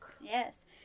Yes